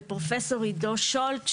ופרופסור עידו שולט,